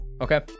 Okay